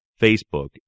Facebook